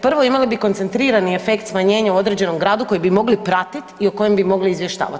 Prvo imali bi koncentrirani efekt smanjenja u određenom gradu koji bi mogli pratiti i o kojem bi mogli izvještava.